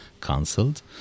cancelled